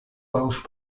welsh